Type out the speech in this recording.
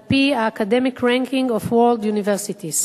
על-פי ה-academic ranking of world universities,